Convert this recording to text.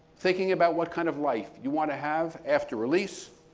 thinking about what kind of life you want to have after release,